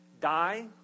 die